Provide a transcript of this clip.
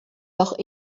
doch